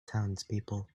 townspeople